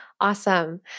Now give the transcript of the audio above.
Awesome